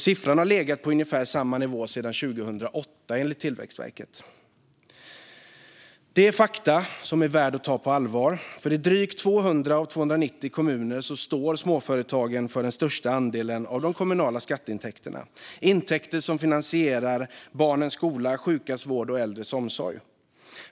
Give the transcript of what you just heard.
Siffran har legat på ungefär samma nivå sedan år 2008, enligt Tillväxtverket. Det är fakta som är värda att ta på allvar. I drygt 200 av 290 kommuner står småföretagen för den största andelen av de kommunala skatteintäkterna. Det är intäkter som finansierar barnens skola, sjukas vård och äldres omsorg.